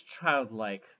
childlike